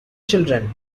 children